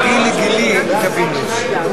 והשר שטייניץ הצביע בעד.